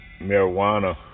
Marijuana